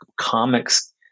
comics